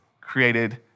created